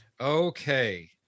Okay